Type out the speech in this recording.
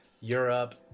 Europe